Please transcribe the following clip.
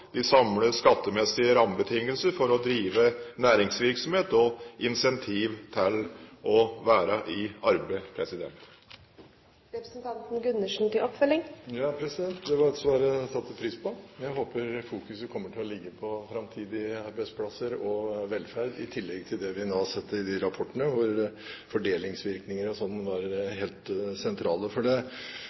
de samlede skattemessige rammebetingelsene for å drive næringsvirksomhet og insentivene til å være i arbeid. Det var et svar jeg satte pris på. Jeg håper fokus kommer til å ligge på framtidige arbeidsplasser og velferd i tillegg til det vi nå har sett i de rapportene, hvor fordelingsvirkninger er helt sentrale. Bakgrunnen for spørsmålet er nettopp at skattesystemet er uhyre sentralt når det